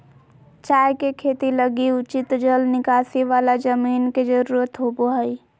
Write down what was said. चाय के खेती लगी उचित जल निकासी वाला जमीन के जरूरत होबा हइ